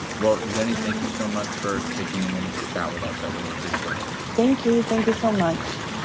well, xeni, thank you so much for taking a minute to chat with us. i really appreciate it thank you. thank you so much